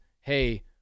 Hey